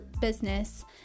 business